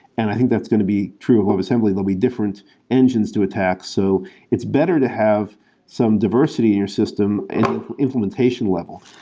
and i think that's going to be true of webassembly. there'll be different engines to attack, so it's better to have some diversity in your system and implementation level.